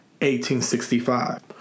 1865